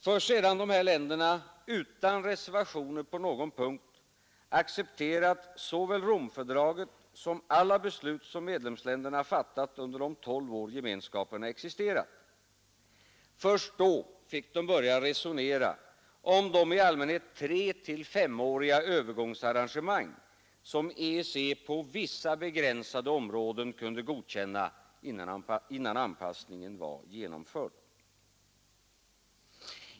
Först sedan de här länderna utan reservationer på någon punkt accepterat såväl Romfördraget som alla beslut som medlemsstaterna fattat under de tolv år gemenskaperna existerat, fick de börja resonera om de i allmänhet tretill femåriga Övergångsarrangemang som EEC på vissa begränsade områden kunde godkä na, innan anpassningen var genomförd.